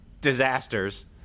disasters